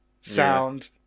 sound